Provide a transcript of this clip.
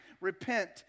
repent